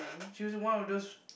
she was in one of those